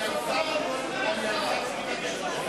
הוא מדבר שעה.